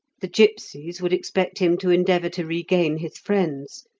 the gipsies would expect him to endeavour to regain his friends,